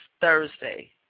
Thursday